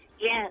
Yes